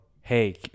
Hey